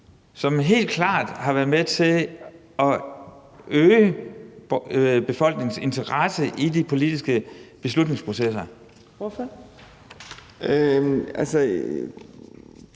som helt klart har været med til at øge befolkningens interesse i de politiske beslutningsprocesser. Kl.